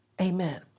Amen